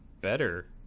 better